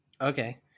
Okay